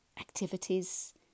activities